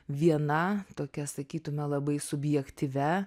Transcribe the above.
viena tokia sakytume labai subjektyvia